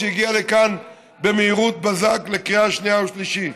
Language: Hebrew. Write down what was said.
שהגיע לכאן במהירות בזק לקריאה שנייה ושלישית,